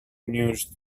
mused